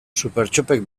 supertxopek